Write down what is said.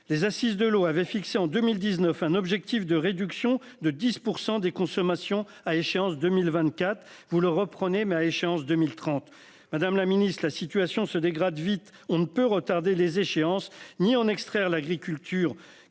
Les assises de l'eau avait fixé en 2019 un objectif de réduction de 10% des consommations à échéance 2024 vous le reprenez met à échéance 2030, madame la Ministre, la situation se dégrade vite, on ne peut retarder les échéances. Ni en extraire l'agriculture